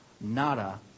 nada